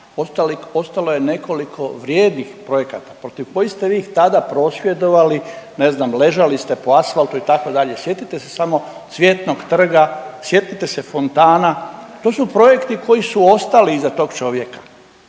ostalo je nekoliko vrijednih projekata protiv kojih ste vi tada prosvjedovali, ne znam, ležali ste po asfaltu itd., sjetite se samo Cvjetnog trga, sjetite se fontana, to su projekti koji su ostali iza tog čovjeka.